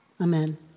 Amen